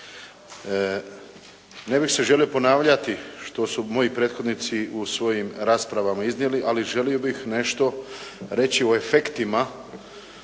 Ne bih se želio ponavljati što su moji prethodnici u svojim raspravama iznijeli, ali želio bih nešto reći o efektima